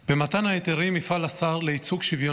במתן ההיתרים יפעל השר לייצוג שוויוני של